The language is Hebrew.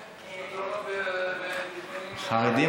אנחנו רואים,